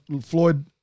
Floyd